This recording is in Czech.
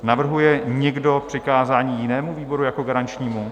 Navrhuje někdo přikázání jinému výboru jako garančnímu?